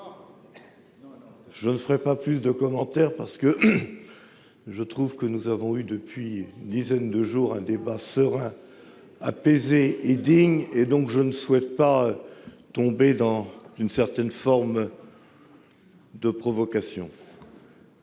Je ne ferai pas davantage de commentaires, car je trouve que nous avons eu, depuis une dizaine de jours, un débat serein, apaisé et digne. Je ne souhaite donc pas tomber dans une certaine forme de provocation.